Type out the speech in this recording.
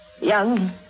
Young